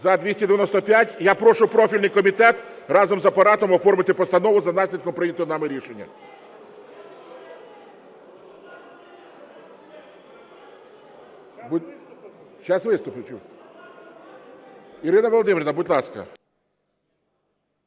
За-295 Я прошу профільний комітет разом з Апаратом оформити постанову за наслідком прийнятого нами рішення.